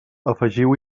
afegiu